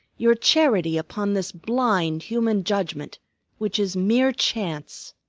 your charity upon this blind human judgment which is mere chance!